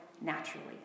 naturally